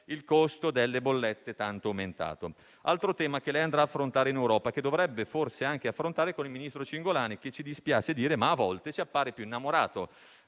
il costo delle bollette tanto aumentato. Questo è un altro tema che lei andrà ad affrontare in Europa e che dovrebbe forse anche affrontare con il ministro Cingolani, che - ci dispiace dirlo - a volte ci appare più innamorato